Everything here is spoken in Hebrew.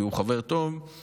כי הוא חבר טוב,